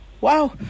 Wow